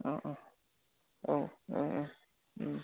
अ अ औ